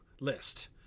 list